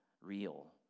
real